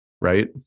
right